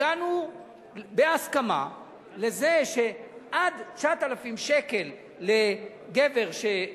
הגענו, בהסכמה, לזה שעד 9,000 שקל לגבר, קשיש,